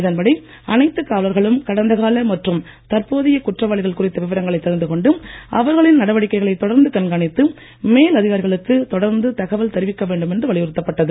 இதன்படி அனைத்து காவலர்களும் கடந்த கால மற்றும தற்போதைய குற்றவாளிகள் குறித்த விவரங்களை தெரிந்து கொண்டு அவர்களின் நடவடிக்கைகளை தொடர்ந்து கண்காணித்து மேலதிகாரிகளுக்கு தொடர்ந்து தகவல் தெரிவிக்க வேண்டும் என்று வலியுறுத்தப்பட்டது